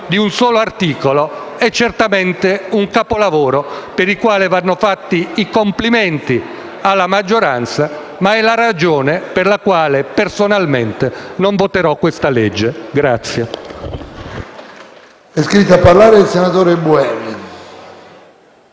da un solo articolo, è certamente un capolavoro per il quale vanno fatti i complimenti alla maggioranza, ma è la ragione per la quale personalmente non voterò questa legge.